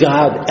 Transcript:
God